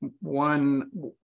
one